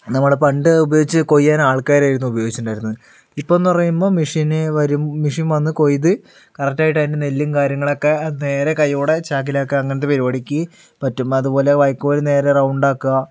നമ്മള് പണ്ട് ഉപയോഗിച്ച് കൊയ്യാൻ ആൾക്കാരെയായിരുന്നു ഉപയോഗിച്ചിട്ടുണ്ടായിരുന്നത് ഇപ്പമെന്ന് പറയുമ്പോൾ മെഷീൻ വരും മെഷീൻ വന്നു കൊയ്ത് കറക്ടായിട്ട് അതിൻറ്റെ നെല്ലും കാര്യങ്ങളുമൊക്കെ നേരെ കയ്യോടെ ചാക്കിലാക്കുക അങ്ങനത്തെ പരിപാടി ഒക്കേ പറ്റും അതുപോലെ വൈക്കോൽ നേരെ റൗണ്ട് ആക്കുക